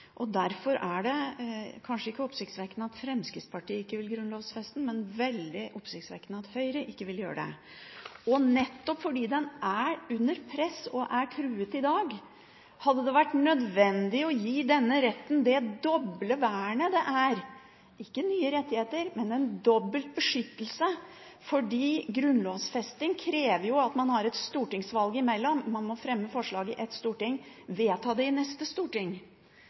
og derfor er det kanskje ikke oppsiktsvekkende at Fremskrittspartiet ikke vil grunnlovfeste den, men veldig oppsiktsvekkende at Høyre ikke vil gjøre det. Nettopp fordi denne retten er under press og er truet i dag, har det vært nødvendig å gi den et dobbelt vern – ikke nye rettigheter, men en dobbelt beskyttelse. Grunnlovfesting krever jo at man har et stortingsvalg imellom; man må fremme forslaget i ett storting og vedta det i neste storting.